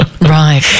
Right